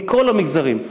מכל המגזרים.